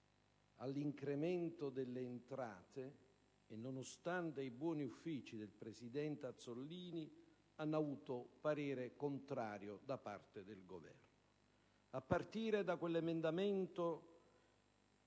all'incremento delle entrate, e nonostante i buoni uffici del presidente Azzollini, hanno avuto parere contrario da parte del Governo, a partire da quell'emendamento,